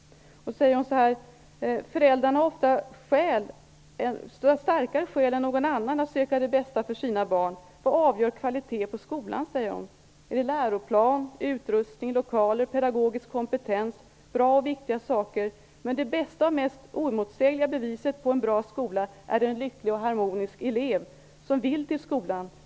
I insändaren står följande: ''Föräldrarna har ofta starkare skäl än någon annan att söka det bästa för sina barn. Vad avgör kvalitet på skolan? Läroplan? Utrustning? Lokaler? Pedagogisk kompetens? Bra och viktiga saker. Men det bästa och mest oemotsägliga beviset på en bra skola är en lycklig och harmonisk elev, som vill till skolan.